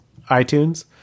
iTunes